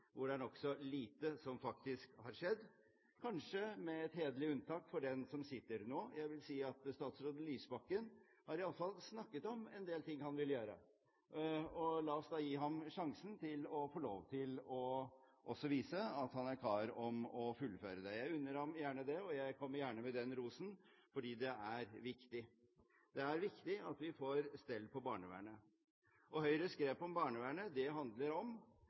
hvor det er nokså lite som faktisk har skjedd, kanskje med et hederlig unntak for den statsråden som sitter nå. Jeg vil si at statsråd Lysbakken har iallfall snakket om en del ting han vil gjøre, og la oss da gi ham sjansen til å få lov til også å vise at han er kar om å fullføre det. Jeg unner ham gjerne det, og jeg kommer gjerne med den rosen, fordi det er viktig. Det er viktig at vi får stell på barnevernet. Og Høyres grep om barnevernet handler om